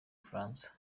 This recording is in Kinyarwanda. bufaransa